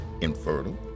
infertile